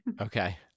Okay